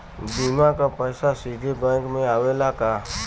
बीमा क पैसा सीधे बैंक में आवेला का?